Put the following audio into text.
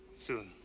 soon.